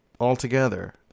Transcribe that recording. altogether